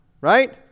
right